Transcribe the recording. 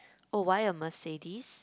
oh why a Mercedes